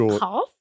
half